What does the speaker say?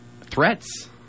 threats